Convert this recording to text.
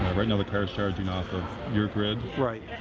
right now, the car's charging off your grid? right.